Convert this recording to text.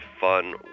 fun